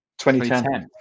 2010